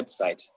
website